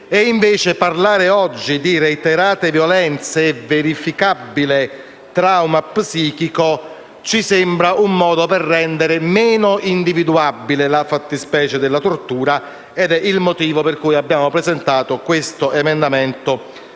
dell'ONU; parlare oggi di «reiterate violenze» e «verificabile trauma psichico» ci sembra un modo per rendere meno individuabile la fattispecie della tortura ed è il motivo per cui abbiamo presentato questo emendamento